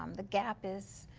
um the gap is